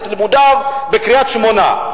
את לימודיו בקריית-שמונה,